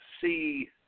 see